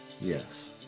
Yes